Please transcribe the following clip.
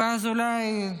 ואז אולי,